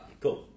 Cool